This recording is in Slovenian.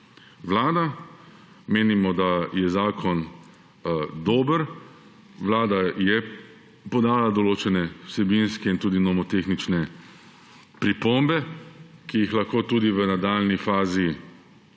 Vlada. Menimo, da je zakon dober, Vlada je podala določene vsebinske in tudi nomotehnične pripombe, ki jih lahko tudi v nadaljnji fazi